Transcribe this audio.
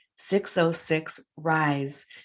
606-RISE